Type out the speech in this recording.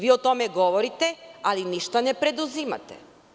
Vi o tome govorite, ali ništa ne preduzimate.